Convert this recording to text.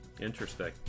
Interesting